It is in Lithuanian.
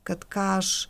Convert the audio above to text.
kad ką aš